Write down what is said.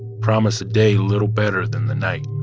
promise a day little better than the night